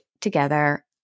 together